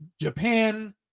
japan